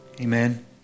Amen